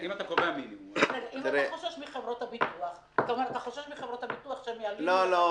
אם אתה קובע מינימום- -- אם אתה חושש מחברות הביטוח שהן- -- לא,